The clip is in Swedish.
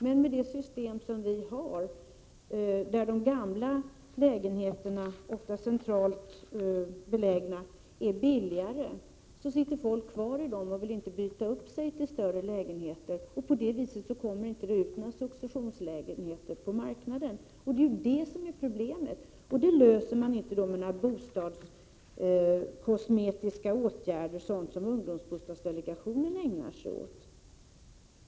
Med det system som vi har, där de gamla lägenheterna, ofta centralt belägna, är billigare, sitter folk kvar i dem och vill inte byta upp sig till större lägenheter. På det viset kommer det inte ut några successionslägenheter på marknaden, och det är det som är problemet. Det löser man inte med bostadskosmetiska åtgärder som ungdomsbostadsdelega tionen ägnar sig åt.